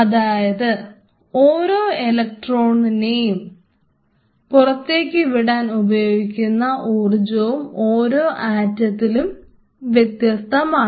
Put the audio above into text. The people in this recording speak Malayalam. അതായത് ഓരോ ഇലക്ട്രോണിനെയും പുറത്തേക്കു വിടാൻ ഉപയോഗിക്കുന്ന ഊർജ്ജവും ഓരോ ആറ്റത്തിലും വ്യത്യസ്തമാണ്